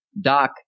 Doc